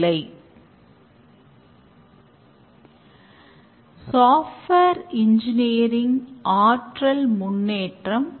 இங்கு ஏற்கனவே உள்ள softwareல் சிறிய இன்கிரிமென்ட் செய்யப்படுகிறது